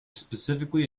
specifically